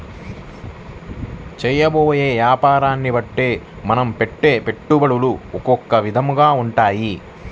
చేయబోయే యాపారాన్ని బట్టే మనం పెట్టే పెట్టుబడులు ఒకొక్క విధంగా ఉంటాయి